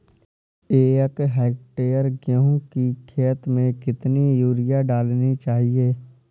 एक हेक्टेयर गेहूँ की खेत में कितनी यूरिया डालनी चाहिए?